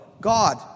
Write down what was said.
God